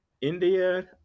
India